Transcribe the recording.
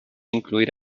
incluir